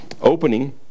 Opening